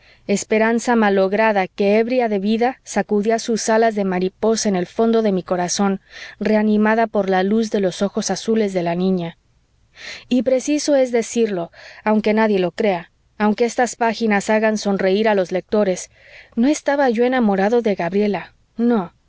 esperanza malograda que ébria de vida sacudía sus alas de mariposa en el fondo de mi corazón reanimada por la luz de los ojos azules de la niña y preciso es decirlo aunque nadie lo crea aunque estas páginas hagan sonreír a los lectores no estaba yo enamorado de gabriela no